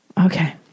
Okay